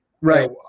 Right